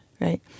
right